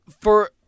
For-